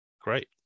great